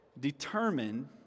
determined